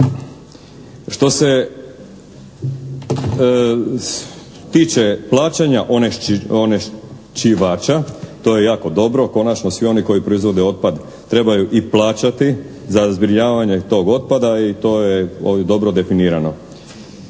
Što se tiče plaćanja onečišćivača, to je jako dobro. Konačno svi oni koji proizvode otpad trebaju i plaćati za zbrinjavanje tog otpada i to je ovim dobro definirano.